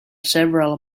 several